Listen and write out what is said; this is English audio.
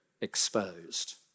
exposed